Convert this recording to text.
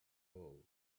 all